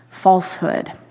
falsehood